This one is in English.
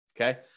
Okay